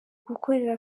gukorera